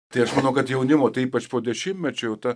tai aš manau kad jaunimo tai ypač po dešimtmečio jau ta